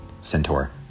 Centaur